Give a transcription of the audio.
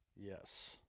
Yes